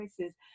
choices